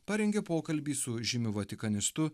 parengė pokalbį su žymiu vatikanistu